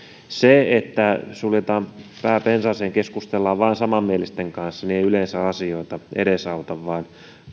se että suljetaan pää pensaaseen keskustellaan vain samanmielisten kanssa ei yleensä asioita edesauta vaan